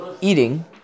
eating